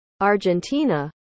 Argentina